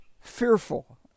fearful